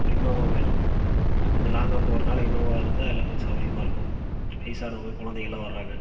ஒரு இன்னோவா வேணும் கொஞ்சம் லாங்காக போகிறனால இன்னோவா இருந்தால் எல்லாம் கொஞ்சம் சௌரியமாக இருக்கும் வயசானவங்க குழந்தைங்க எல்லாம் வரறாங்க